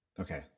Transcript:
Okay